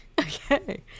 Okay